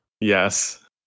Yes